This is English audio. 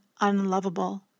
unlovable